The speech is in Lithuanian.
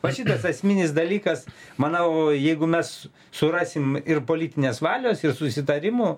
va šitas esminis dalykas manau jeigu mes surasim ir politinės valios ir susitarimų